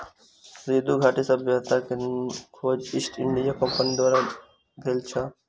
सिंधु घाटी सभ्यता के खोज ईस्ट इंडिया कंपनीक द्वारा भेल छल